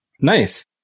Nice